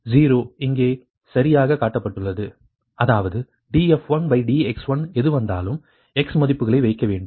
0 இங்கே சரியாகக் காட்டப்பட்டுள்ளது அதாவது df1dx1 எது வந்தாலும் x மதிப்புகளை வைக்க வேண்டும்